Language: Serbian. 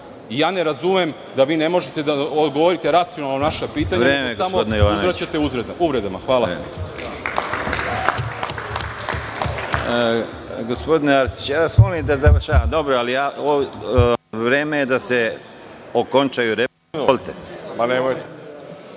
Ne razumem da vi ne možete da odgovorite racionalno na naša pitanja nego samo uzvraćate uvredama. Hvala